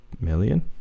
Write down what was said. million